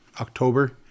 October